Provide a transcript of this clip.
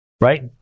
right